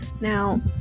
now